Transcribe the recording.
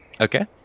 Okay